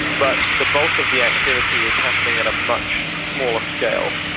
but the bulk of the activity is happening at a much smaller scale.